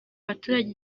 baturage